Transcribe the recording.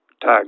tag